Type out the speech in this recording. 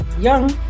young